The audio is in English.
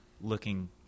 looking